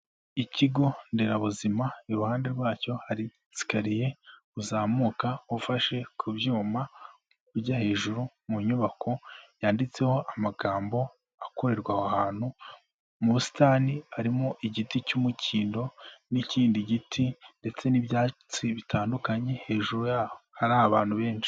Ikigo nderabuzima, iruhande rwacyo hari sikariye uzamuka ufashe ku byuma, ujya hejuru mu nyubako yanditseho amagambo akorerwa aho hantu, mu busitani harimo igiti cy'umukindo n'ikindi giti ndetse n'ibyatsi bitandukanye, hejuru yaho hari abantu benshi.